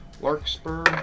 Larkspur